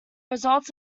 results